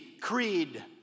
creed